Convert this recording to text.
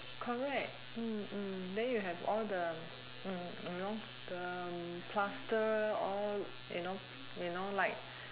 correct mm mm then you have all the mm you know the plaster all you know you know like